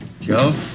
Joe